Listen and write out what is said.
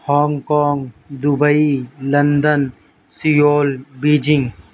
Hong Kong Dubai London Seoul Beijing